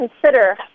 consider